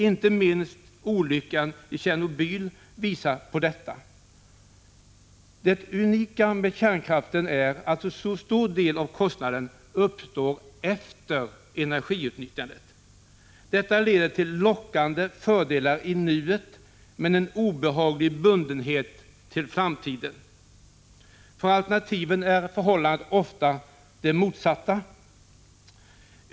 Inte minst olyckan i Tjernobyl visar på detta. Det unika med kärnkraften är att en stor del av kostnaderna uppstår efter energiutnyttjandet. Detta leder till lockande fördelar i nuet, men en obehaglig bundenhet till framtiden. För alternativen är förhållandet ofta det motsatta.